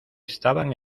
estaban